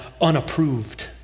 unapproved